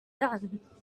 done